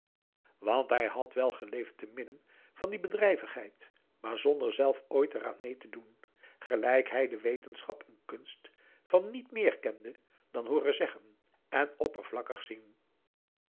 want hij had wel geleefd te midden van die bedrijvigheid maar zonder zelf ooit eraan mee te doen gelijk hij de wetenschap en kunst van niet meer kende dan hooren zeggen en oppervlakkig zien